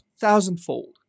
thousandfold